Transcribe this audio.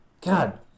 God